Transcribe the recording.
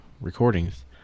recordings